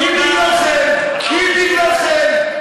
כי בגללכם,